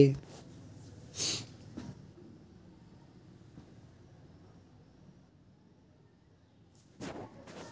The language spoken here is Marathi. कर्ज रकमेपेक्षा व्याज हे हप्त्यामध्ये जास्त का आकारले आहे?